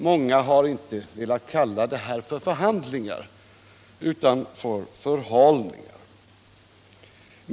Många har inte velat tala om förhandlingar utan om förhalningar.